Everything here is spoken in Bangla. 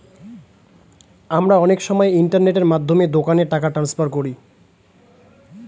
আমরা অনেক সময় ইন্টারনেটের মাধ্যমে দোকানে টাকা ট্রান্সফার করি